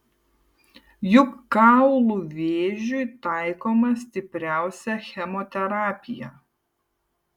juk kaulų vėžiui taikoma stipriausia chemoterapija